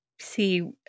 see